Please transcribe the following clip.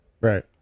Right